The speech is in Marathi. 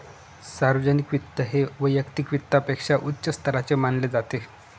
सार्वजनिक वित्त हे वैयक्तिक वित्तापेक्षा उच्च स्तराचे मानले जाते